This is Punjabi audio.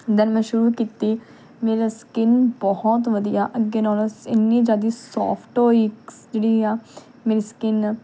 ਦੈਨ ਮੈਂ ਸ਼ੁਰੂ ਕੀਤੀ ਮੇਰਾ ਸਕਿੰਨ ਬਹੁਤ ਵਧੀਆ ਅੱਗੇ ਨਾਲੋਂ ਇੰਨੀ ਜ਼ਿਆਦਾ ਸੋਫਟ ਹੋਈ ਸ ਜਿਹੜੀ ਆ ਮੇਰੀ ਸਕਿੰਨ